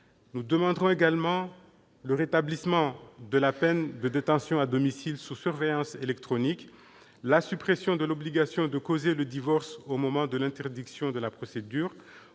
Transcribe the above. Nous demanderons également le rétablissement de la peine de détention à domicile sous surveillance électronique, la suppression de l'obligation de causer le divorce au moment de l'introduction de la procédure